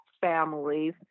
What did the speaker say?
families